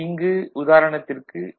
இங்கு உதாரணத்திற்கு டி